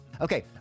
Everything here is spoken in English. Okay